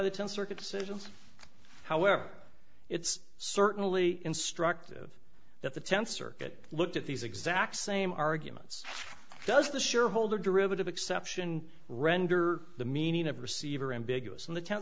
the tenth circuit decision however it's certainly instructive that the tenth circuit looked at these exact same arguments does the shareholder derivative exception render the meaning of receiver ambiguous and the t